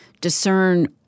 discern